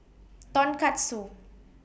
Tonkatsu